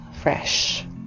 fresh